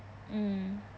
mm